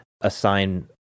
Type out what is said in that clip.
assign